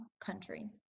country